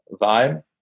vibe